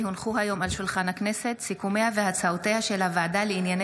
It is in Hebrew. כי הונחו היום על שולחן הכנסת סיכומיה והצעותיה של הוועדה לענייני